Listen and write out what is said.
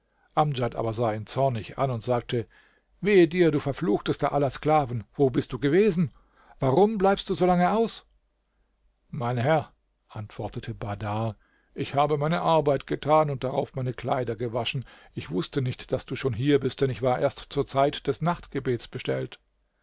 amdjad aber sah ihn zornig an und sagte wehe dir du verfluchtester aller sklaven wo bist du gewesen warum bleibst du so lange aus mein herr antwortete bahdar ich habe meine arbeit getan und darauf meine kleider gewaschen ich wußte nicht daß du schon hier bist denn ich war erst zur zeit des nachtgebets bestellt